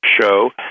show